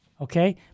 okay